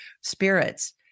spirits